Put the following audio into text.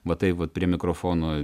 va taip vat prie mikrofono